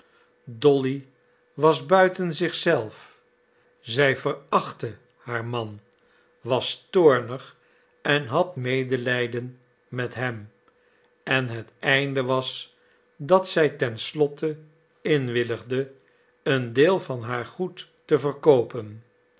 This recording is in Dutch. dolly was buiten zich zelf zij verachtte haar man was toornig en had medelijden met hem en het einde was dat zij ten slotte inwilligde een deel van haar goed te verkoopen